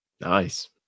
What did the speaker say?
Nice